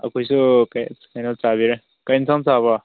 ꯑꯩꯈꯣꯏꯁꯨ ꯀꯔꯤ ꯀꯩꯅꯣ ꯆꯥꯕꯤꯔꯦ ꯀꯔꯤ ꯑꯦꯟꯁꯥꯡ ꯆꯥꯕ꯭ꯔꯥ